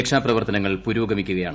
രക്ഷാപ്രവർത്തനങ്ങൾ പുരോഗമിക്കുകയാണ്